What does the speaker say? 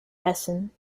essen